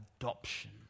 adoption